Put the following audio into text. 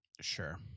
Sure